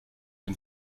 dem